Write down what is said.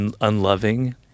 unloving